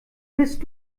bist